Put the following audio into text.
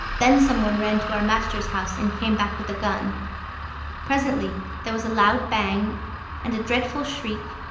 then some one ran to our master's house and came back with a gun presently there was a loud bang and a dreadful shriek,